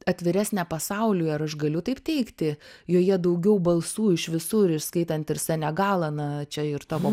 atviresnė pasauliui ar aš galiu taip teigti joje daugiau balsų iš visur ir skaitant ir senegalą na čia ir tavo